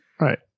right